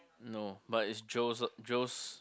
no but it's Joe's uh Joe's